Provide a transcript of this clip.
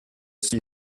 suis